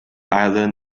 island